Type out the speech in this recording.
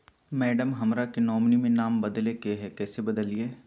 madam, हमरा के nominee में नाम बदले के हैं, कैसे बदलिए